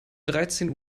dreizehn